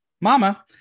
Mama